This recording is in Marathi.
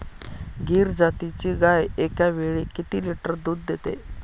गीर जातीची गाय एकावेळी किती लिटर दूध देते?